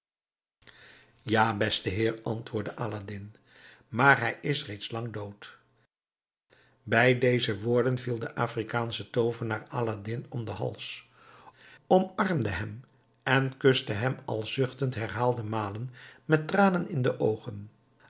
ja beste heer antwoordde aladdin maar hij is reeds lang dood bij deze woorden viel de afrikaansche toovenaar aladdin om den hals omarmde hem en kuste hem al zuchtend herhaalde malen met tranen in de oogen